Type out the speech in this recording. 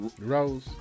Rose